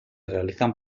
realizan